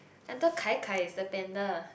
I thought Kai-Kai is the panda